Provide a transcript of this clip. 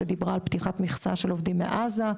שדיברה על פתיחת מכסה של עובדים מעזה,